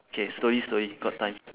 okay slowly slowly got time